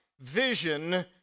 vision